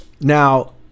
Now